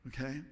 Okay